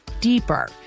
deeper